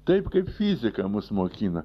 taip kaip fizika mus mokina